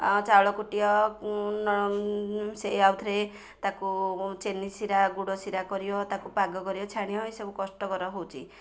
ଆ ଚାଉଳ କୁଟିଅ ସେ ଆଉଥରେ ତାକୁ ଚିନି ଶିରା ଗୁଡ଼ ଶିରା କରିବା ତାକୁ ପାଗ କରିବା ଛାଣିବା ଏସବୁ କଷ୍ଟକର ହେଉଛି